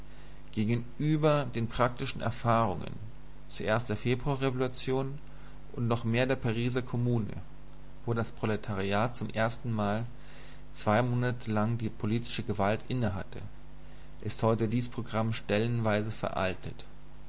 gegenüber den praktischen erfahrungen zuerst der februarrevolution und noch weit mehr der pariser kommune wo das proletariat zum erstenmal zwei monate lang die politische gewalt innehatte ist heute dies programm stellenweise veraltet